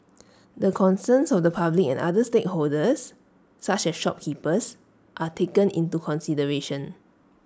the concerns of the public and other stakeholders such as shopkeepers are taken into consideration